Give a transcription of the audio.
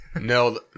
No